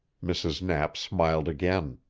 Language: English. mrs. knapp smiled again.